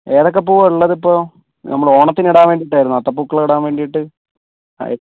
ഏതൊക്കെ പൂവാണ് ഉള്ളത് ഇപ്പോൾ നമ്മൾ ഓണത്തിന് ഇടാൻ വേണ്ടിയിട്ടായിരുന്നു അത്തപ്പൂക്കളം ഇടാൻ വേണ്ടിയിട്ട്